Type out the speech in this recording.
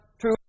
true